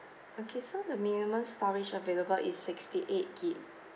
okay so the minimum storage available is sixty eight gig